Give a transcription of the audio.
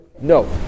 No